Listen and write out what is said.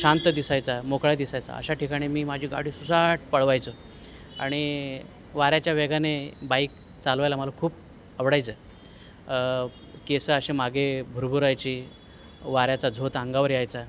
शांत दिसायचा मोकळा दिसायचा अशा ठिकाणी मी माझी गाडी सुसाट पळवायचो आणि वाऱ्याच्या वेगाने बाईक चालवायला मला खूप आवडायचं केस असे मागे भुरभुरायची वाऱ्याचा झोत अंगावर यायचा